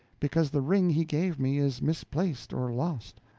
because the ring he gave me is misplaced or lost.